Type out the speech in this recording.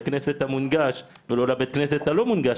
הכנסת המונגש ולא לבית הכנסת הלא מונגש.